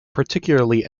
particularly